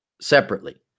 separately